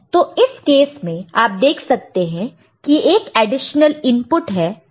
तो इस केस में आप देख सकते हैं कि एक एडिशनल इनपुट G है